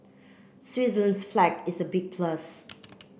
Switzerland's flag is a big plus